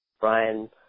Brian